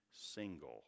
single